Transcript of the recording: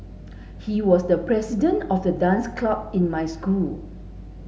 he was the president of the dance club in my school